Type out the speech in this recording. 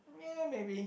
ya maybe